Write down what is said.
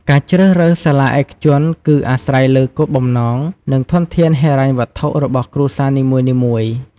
ការជ្រើសរើសសាលាឯកជនគឺអាស្រ័យលើ គោលបំណង និងធនធានហិរញ្ញវត្ថុ របស់គ្រួសារនីមួយៗ។